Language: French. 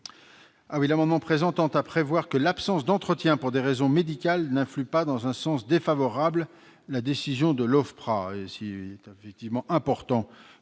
L'amendement n° 206 rectifié tend à prévoir que l'absence d'entretien pour raisons médicales n'influe pas dans un sens défavorable la décision de l'OFPRA.